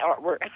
artwork